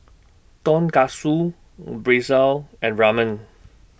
Tonkatsu Pretzel and Ramen